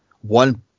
one